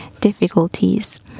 difficulties